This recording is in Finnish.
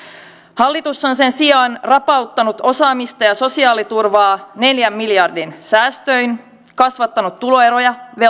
hallitus on sen sijaan rapauttanut osaamista ja sosiaaliturvaa neljän miljardin säästöin kasvattanut tuloeroja